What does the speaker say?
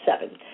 seven